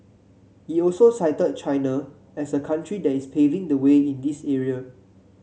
he also cited China as a country that is paving the way in this area